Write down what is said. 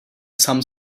some